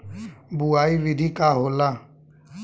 बुआई विधि का होला?